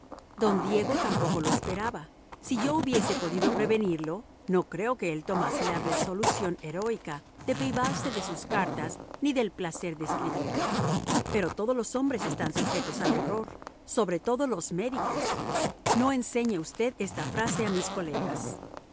don diego tampoco lo esperaba si yo hubiese podido prevenirlo no creo que él tomase la resolución heroica de privarse de sus cartas ni del placer de escribirle pero todos los hombres están sujetos al error sobre todo los médicos no enseñe usted esta frase a mis colegas